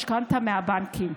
משכנתה מהבנקים.